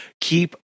keep